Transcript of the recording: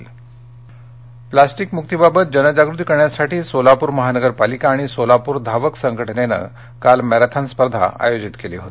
सोलापर प्लास्टिकमुक्ती बाबत जनजागृती करण्यासाठी सोलापूर महानगर पालिका आणि सोलापूर धावक संघटनेनं काल मॅराथन स्पर्धा आयोजित केली होती